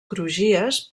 crugies